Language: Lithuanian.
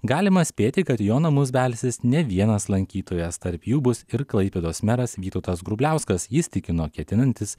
galima spėti kad į jo namus belsis ne vienas lankytojas tarp jų bus ir klaipėdos meras vytautas grubliauskas jis tikino ketinantis